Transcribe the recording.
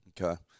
Okay